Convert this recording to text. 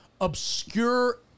obscure